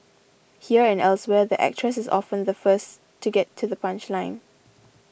here and elsewhere the actress is often the first to get to the punchline